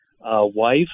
wife